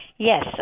Yes